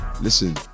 Listen